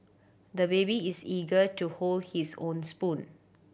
the baby is eager to hold his own spoon